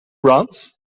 runs